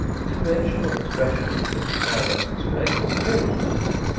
the conventional expression of mr. carrados's face changed a little.